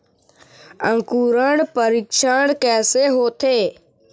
अंकुरण परीक्षण कैसे होथे?